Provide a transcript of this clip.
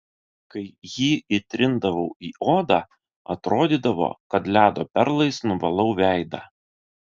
kai jį įtrindavau į odą atrodydavo kad ledo perlais nuvalau veidą